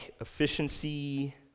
efficiency